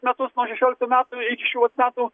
metus nuo šešioliktų metų iki šių vat metų